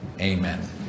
amen